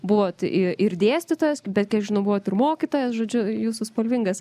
buvot ir ir dėstytojas bet kiek žinau buvot ir mokytojas žodžiu jūsų spalvingas